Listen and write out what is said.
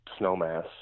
snowmass